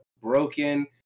broken